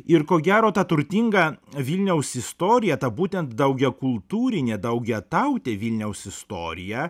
ir ko gero tą turtingą vilniaus istoriją tą būtent daugiakultūrį daugiatautė vilniaus istoriją